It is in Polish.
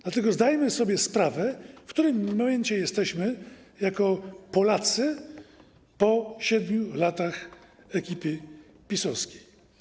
Dlatego zdajmy sobie sprawę, w którym momencie jesteśmy jako Polacy po 7 latach rządzenia ekipy PiS-owskiej.